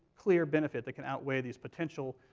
clear benefit that can outweigh these potential,